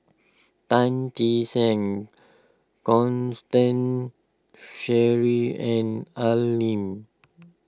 Tan Che Sang Constance Sheares and Al Lim